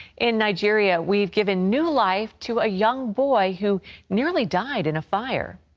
in nigeria, we've given new life to a young boy who nearly died in a fire.